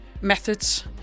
methods